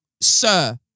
sir